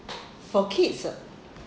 for kids ah